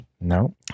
No